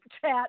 chat